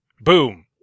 boom